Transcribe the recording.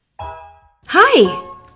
Hi